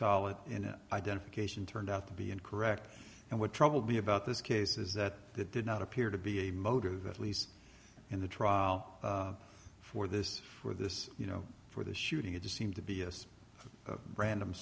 solid identification turned out to be incorrect and what troubled me about this case is that it did not appear to be a motive at least in the trial for this for this you know for the shooting it just seemed to be as random